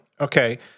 Okay